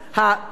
גברתי השרה,